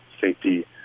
safety